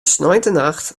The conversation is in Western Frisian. sneintenacht